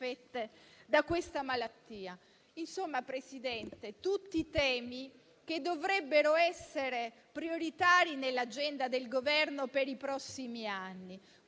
da questa malattia. Insomma, Presidente, sono tutti temi che dovrebbero essere prioritari nell'agenda del Governo per i prossimi anni.